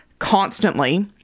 Constantly